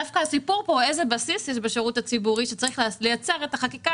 דווקא הסיפור הוא איזה בסיס יש בשירות הציבורי שצריך לייצר את החקיקה